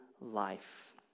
life